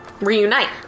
Reunite